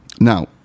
Now